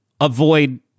avoid